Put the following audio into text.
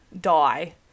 die